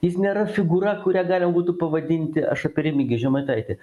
jis nėra figūra kurią galima būtų pavadinti aš apie remigijų žemaitaitį